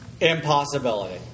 impossibility